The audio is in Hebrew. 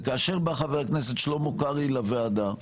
וכאשר בא חבר הכנסת שלמה קרעי לוועדה,